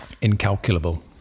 incalculable